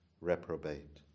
reprobate